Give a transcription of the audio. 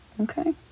Okay